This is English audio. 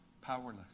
powerless